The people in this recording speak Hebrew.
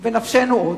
זה בנפשנו.